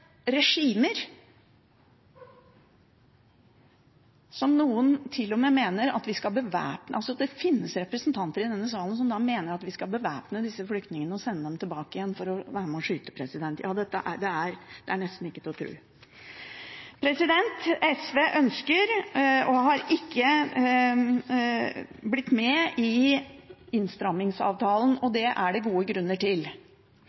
regimer – og som enkelte til og med mener vi skal bevæpne. Det finnes representanter i denne salen som mener at vi skal bevæpne disse flyktningene og sende dem tilbake for å være med og skyte – det er nesten ikke til å tro. SV har ikke blitt med på innstrammingsavtalen, og det er det gode grunner